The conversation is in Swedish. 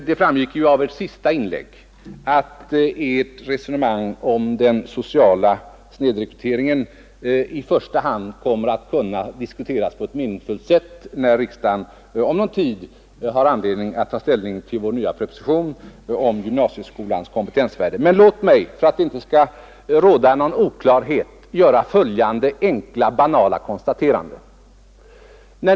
Det framgick av Ert senaste inlägg, herr Berndtson, att Ert resonemang om den sociala snedrekryteringen kommer att kunna diskuteras på ett meningsfullt sätt först när riksdagen om någon tid skall ta ställning till den nya propositionen om gymnasieskolans kompentensvärde. Men låt mig, för att det inte skall råda någon oklarhet, göra följande enkla, banala konstaterande.